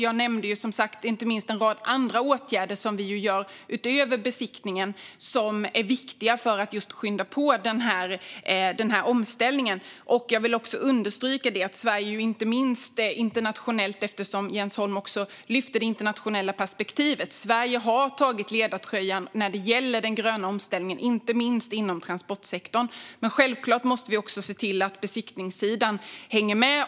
Jag nämnde en rad andra åtgärder som vi gör utöver besiktningen som är viktiga för att skynda på omställningen. Jag vill också understryka att Sverige inte minst internationellt - Jens Holm lyfte ju fram det internationella perspektivet - har tagit ledartröjan när det gäller den gröna omställningen, inte minst inom transportsektorn. Men självklart måste vi se till att besiktningssidan hänger med.